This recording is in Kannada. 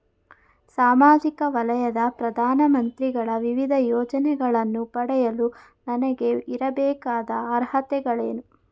ಸಾಮಾಜಿಕ ವಲಯದ ಪ್ರಧಾನ ಮಂತ್ರಿಗಳ ವಿವಿಧ ಯೋಜನೆಗಳನ್ನು ಪಡೆಯಲು ನನಗೆ ಇರಬೇಕಾದ ಅರ್ಹತೆಗಳೇನು?